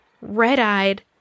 red-eyed